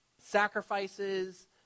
Sacrifices